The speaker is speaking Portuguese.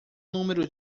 número